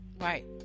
Right